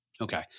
Okay